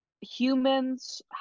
humans